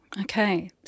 Okay